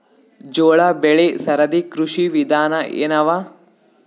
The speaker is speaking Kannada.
ಜೋಳ ಬೆಳಿ ಸರದಿ ಕೃಷಿ ವಿಧಾನ ಎನವ?